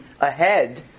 ahead